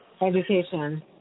Education